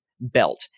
belt